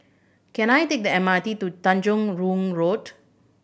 can I take the M R T to Tanjong Rhu Road